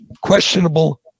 questionable